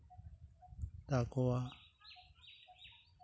ᱛᱟᱠᱚᱣᱟ